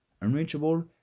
Unreachable